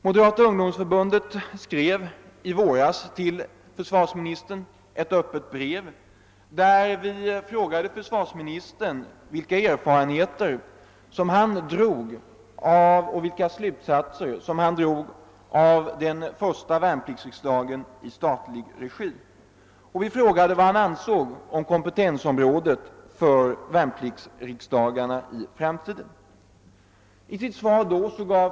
Moderata ung domsförbundet skrev i våras ett öppet brev till försvarsministern och frågade vilka erfarenheter försvarsministern gjort och vilka slutsatser han dragit av den första värnpliktsriksdagen i statlig regi. Vi frågade också vad han ansåg om värnpliktsriksdagarnas kompetensområde i framtiden.